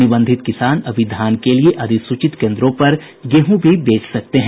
निबंधित किसान अभी धान के लिए अधिसूचित केन्द्रों पर गेहूँ भी बेच सकते हैं